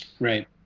Right